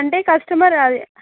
అంటే కస్టమర్ అది